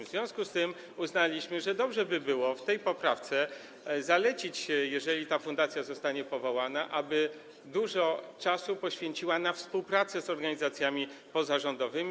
W związku z tym uznaliśmy, że dobrze by było w tej poprawce zalecić, jeżeli ta fundacja zostanie powołana, aby dużo czasu poświeciła na współpracę z organizacjami pozarządowymi.